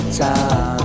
time